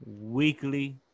Weekly